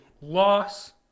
loss